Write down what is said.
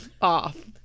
off